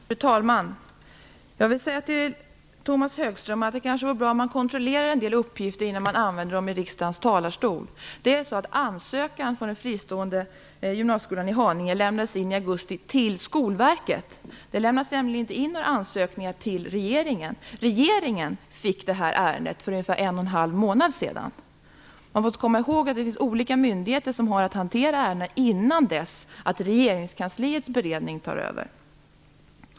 Fru talman! Jag vill säga till Tomas Högström att det kanske vore bra om han kontrollerade en del uppgifter innan han använder dem i riksdagens talarstol. Ansökan för den fristående gymnasieskolan i Haninge lämnades in i augusti till Skolverket. Det lämnas nämligen inte in några ansökningar till regeringen. Regeringen fick ärendet för ungefär en och en halv månad sedan. Man måste komma ihåg att det finns olika myndigheter som har att hantera ärendena innan regeringskansliets beredning tar över.